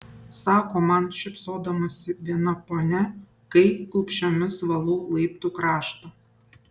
sako man šypsodamasi viena ponia kai klupsčiomis valau laiptų kraštą